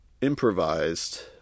improvised